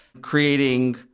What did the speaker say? creating